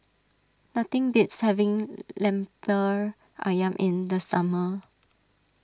nothing beats having Lemper Ayam in the summer